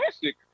classic